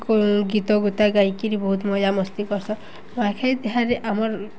ଗୀତଗୁତା ଗାଇକିରି ବହୁତ ମଜା ମସ୍ତି କର୍ସନ୍ ନୂଆଖାଇ ତିହାରେ ଆମର୍